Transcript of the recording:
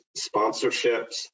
sponsorships